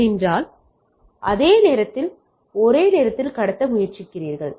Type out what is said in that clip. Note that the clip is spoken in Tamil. ஏனென்றால் உணருகிறீர்கள் அதே நேரத்தில் கடத்த முயற்சிக்கிறீர்கள்